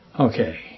Okay